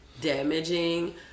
damaging